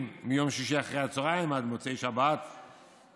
מיום שישי אחר הצוהריים עד מוצאי שבת מאוחר,